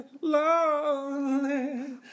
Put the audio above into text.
lonely